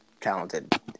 talented